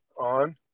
on